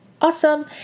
awesome